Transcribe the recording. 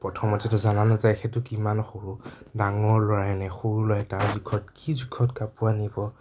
প্ৰথমতেতো জানা নাযায় সেইটো কিমান সৰু ডাঙৰ ল'ৰাইনে সৰু ল'ৰাই তাৰ জোখত কি জোখত কাপোৰ আনিব